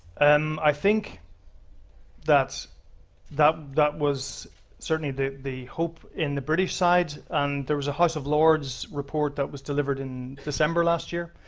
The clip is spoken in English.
um i think that that was certainly that the hope in the british sides, and there was a house of lords report that was delivered in december last year.